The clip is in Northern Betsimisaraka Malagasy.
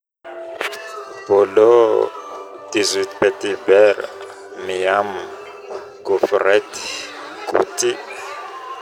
bôlô, dix-huit petit beurra, miam, gôfrety, gouty